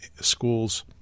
school's